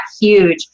huge